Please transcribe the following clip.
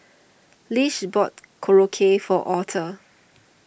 Lish bought Korokke for Aurthur